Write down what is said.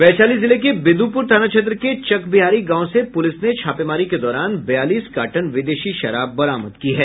वैशाली जिले के विदुपर थाना क्षेत्र के चकबिहारी गांव से पुलिस ने छापेमारी के दौरान बयालीस कार्टन विदेशी शराब बरामद की है